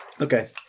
okay